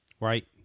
Right